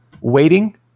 waiting